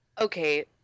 okay